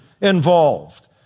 involved